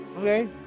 Okay